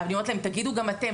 אני אומרת להם תגידו גם אתם,